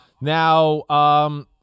Now